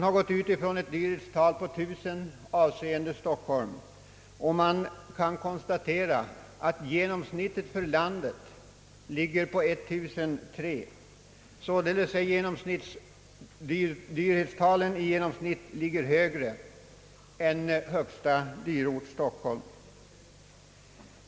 Utredningen har satt dyrhetstalet för Stockholm till 1000 och man kan konstatera att genomsnittet för landet som helhet ligger på 1003, således högre än för högsta dyrort som är Stockholm.